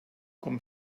com